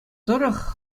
тӑрӑх